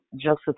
Joseph